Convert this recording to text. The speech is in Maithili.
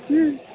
हूँ